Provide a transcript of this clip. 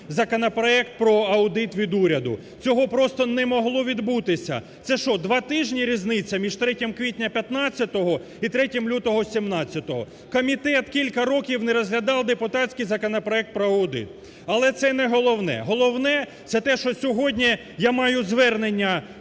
законопроект про аудит від уряду. Цього просто не могло відбутися. Це що 2 тижні різниця між 3 квітня 15-го і 3 лютого 17-го? Комітет кілька років не розглядав депутатський законопроект про аудит. Але це не головне. Головне – це те, що сьогодні я маю звернення